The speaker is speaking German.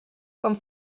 vom